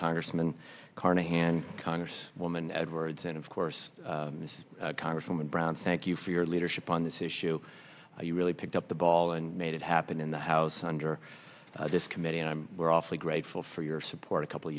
congressman carnahan congress woman edwards and of course this congresswoman brown thank you for your leadership on this issue you really picked up the ball and made it happen in the house under this committee and i'm we're awfully grateful for your support a couple of